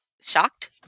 shocked